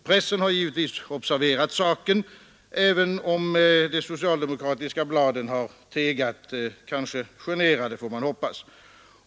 Pressen har givetvis observerat saken även om de socialdemokratiska bladen har tigit — kanske generade, får man hoppas.